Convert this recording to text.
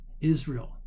Israel